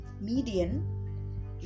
median